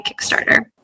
Kickstarter